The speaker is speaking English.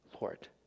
Lord